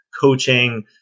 coaching